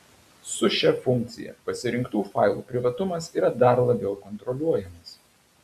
su šia funkcija pasirinktų failų privatumas yra dar labiau kontroliuojamas